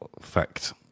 fact